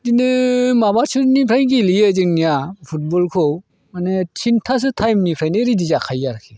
बिदिनो माबासोनिफ्राय गेलेयो जोंनिया फुटबलखौ माने टिनथासो टाइमनिफ्रायनो रेडि जाखायो आरोखि